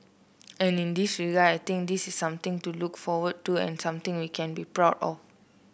and in this regard I think this is something to look forward to and something we can be proud of